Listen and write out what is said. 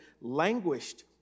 languished